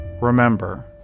Remember